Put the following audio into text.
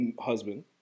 husband